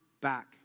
back